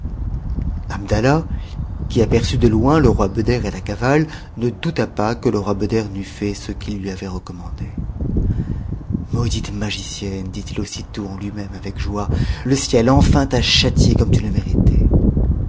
abdallah qui aperçut de loin e roi beder et la cavale ne douta pas que le roi beder n'eût fait ce qu'il lui avait recommandé maudite mai gicienne dit-il aussitôt en lui-même avec joie le ciel enfin t'a châtiée comme tu le méritais